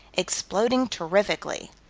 exploding terrifically.